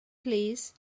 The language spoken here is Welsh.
plîs